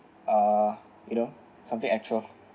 ah you know something actual